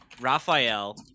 Raphael